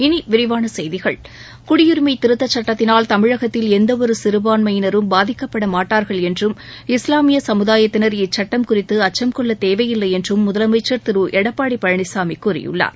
இனி விரிவான செய்திகள் குடியுரிமை திருத்தச் சட்டத்தினால் தமிழகத்தில் எந்தவொரு சிறுபான்மையினரும் பாதிக்கப்பட மாட்டார் என்றும் இஸ்லாமிய சமுதாயத்தினர் இச்சட்டம் குறித்து அச்சம் கொள்ளத்தேவையில் என்றும் முதலமைச்சர் திரு எடப்பாடி பழனிசாமி கூறியுள்ளார்